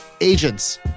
Agents